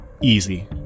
Easy